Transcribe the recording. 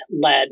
led